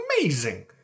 amazing